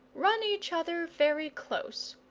run each other very close.